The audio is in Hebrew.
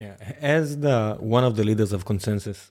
כאחד מנהיגים של הקונצנזוס.